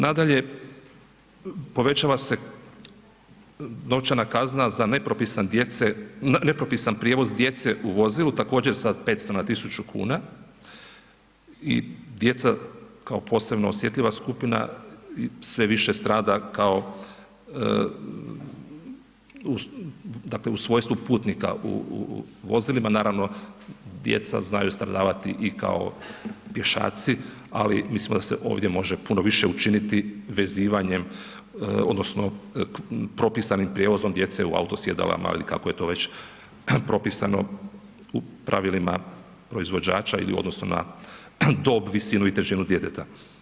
Nadalje, povećava se novčana kazna za nepropisan djece, nepropisan prijevoz djece u vozilu također sa 500 na 1.000 kuna i djeca kao posebno osjetljiva skupina sve više strada kao, dakle u svojstvu putnika u vozilima, naravno djeca znaju stradavati i kao pješaci, ali mislimo da se ovdje može puno više učiniti vezivanjem odnosno propisanim prijevozom djece u auto sjedalama ili kako je to već propisano u pravilima proizvođača ili u odnosu na dob, visinu i težinu djeteta.